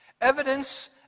Evidence